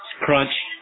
Crunch